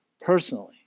personally